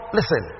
Listen